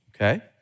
Okay